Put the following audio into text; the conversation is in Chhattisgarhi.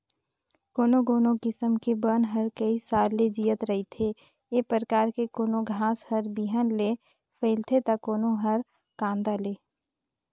कोनो कोनो किसम के बन ह कइ साल ले जियत रहिथे, ए परकार के कोनो घास हर बिहन ले फइलथे त कोनो हर कांदा ले